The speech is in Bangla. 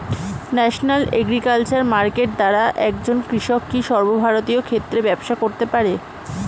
ন্যাশনাল এগ্রিকালচার মার্কেট দ্বারা একজন কৃষক কি সর্বভারতীয় ক্ষেত্রে ব্যবসা করতে পারে?